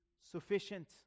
sufficient